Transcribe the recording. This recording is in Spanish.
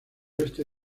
oeste